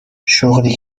شغلی